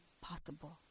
possible